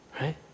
right